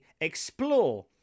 explore